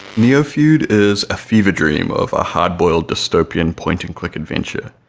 neofeud is a fever dream of a hard-boiled dystopian point-and-click adventure.